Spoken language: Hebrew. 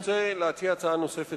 אני רוצה להציע הצעה נוספת,